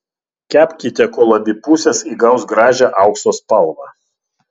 kepkite kol abi pusės įgaus gražią aukso spalvą